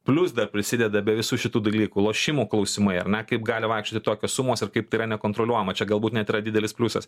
plius dar prisideda be visų šitų dalykų lošimo klausimai ar ne kaip gali vaikščioti tokios sumos ir kaip tai yra nekontroliuojama čia galbūt net yra didelis pliusas